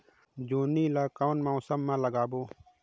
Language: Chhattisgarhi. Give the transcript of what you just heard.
जोणी ला कोन मौसम मा लगाबो?